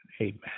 Amen